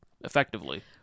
effectively